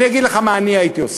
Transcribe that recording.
אני אגיד לך מה אני הייתי עושה.